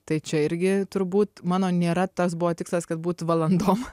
tai čia irgi turbūt mano nėra tas buvo tikslas kad būt valandom